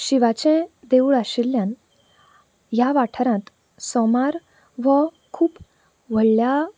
शिवाचें देवूळ आशिल्ल्यान ह्या वाठारांत सोमार वो खूब व्हडल्या